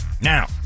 Now